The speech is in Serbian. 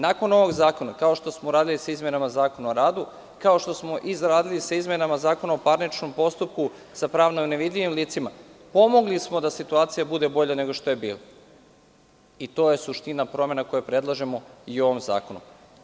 Nakon ovog zakona, kao što smo uradili sa izmenama Zakona o radu, kao što smo uradili i sa izmenama Zakona o parničnom postupku sa pravno nevidljivim licima, pomogli smo da situacija bude bolja nego što je bila i to je suština promena koje predlažemo i u ovom zakonu.